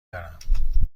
دارم